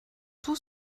tout